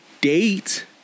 date